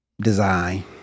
design